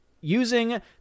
using